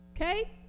Okay